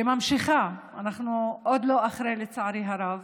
שממשיכה, אנחנו עדיין לא אחרי זה, לצערי הרב,